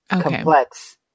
complex